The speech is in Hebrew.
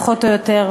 פחות או יותר.